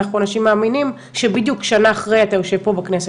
אנחנו מאמינים שבדיוק שנה אחרי אתה יושב פה בכנסת.